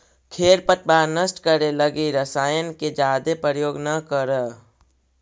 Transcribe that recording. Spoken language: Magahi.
खेर पतवार नष्ट करे लगी रसायन के जादे प्रयोग न करऽ